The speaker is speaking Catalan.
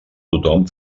tothom